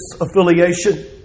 affiliation